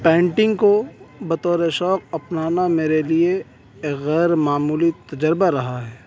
painting کو بطور شوق اپنانا میرے لیے ایک غیر معمولی تجربہ رہا ہے